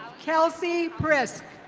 kelsey brisk.